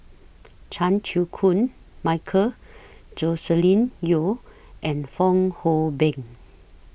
Chan Chew Koon Michael Joscelin Yeo and Fong Hoe Beng